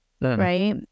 right